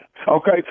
Okay